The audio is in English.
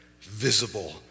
visible